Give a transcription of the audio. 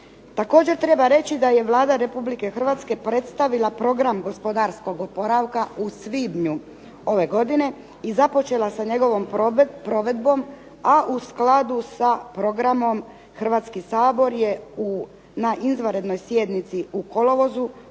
Također, treba reći da je Vlada Republike Hrvatske predstavila Program gospodarskog oporavka u svibnju ove godine i započela sa njegovom provedbom, a u skladu sa programom Hrvatski sabor je na izvanrednoj sjednici u kolovozu